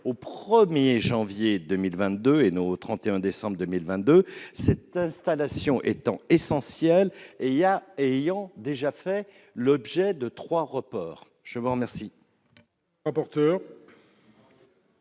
au 1 janvier 2022, et non au 31 décembre 2022, cette installation étant essentielle et ayant déjà fait l'objet de trois reports. Quel